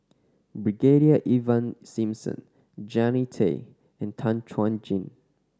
Brigadier Ivan Simson Jannie Tay and Tan Chuan Jin